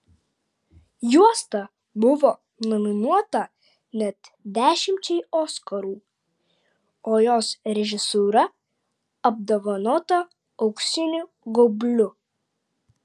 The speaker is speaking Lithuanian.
juosta buvo nominuota net dešimčiai oskarų o jos režisūra apdovanota auksiniu gaubliu